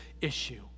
issue